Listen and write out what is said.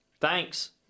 Thanks